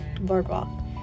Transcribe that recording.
Boardwalk